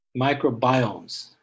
microbiomes